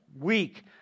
week